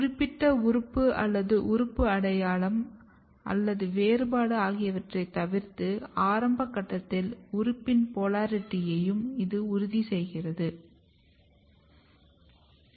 குறிப்பிட்ட உறுப்பு அல்லது உறுப்பு அடையாளம் அல்லது வேறுபாடு ஆகியவற்றை தவிர்த்து ஆரம்ப கட்டத்தில் உறுப்பின் போலாரிட்டியையும் இது உறுதி செய்யப்படுகிறது